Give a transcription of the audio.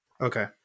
Okay